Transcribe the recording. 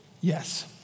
yes